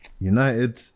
United